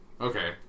okay